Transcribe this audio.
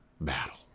battle